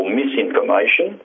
misinformation